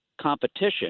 competition